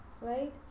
right